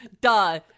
Duh